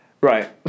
right